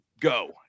go